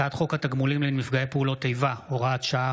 הצעת חוק התגמולים לנפגעי פעולות איבה (הוראת שעה,